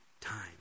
time